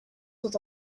sont